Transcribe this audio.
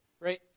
right